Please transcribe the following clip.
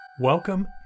Welcome